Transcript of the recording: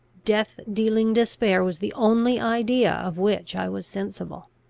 death-dealing despair was the only idea of which i was sensible.